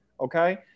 okay